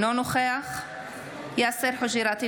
אינו נוכח יאסר חוג'יראת,